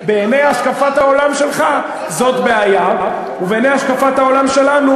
בהשקפת העולם שלך זאת בעיה, ובהשקפת העולם שלנו